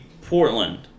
Portland